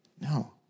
No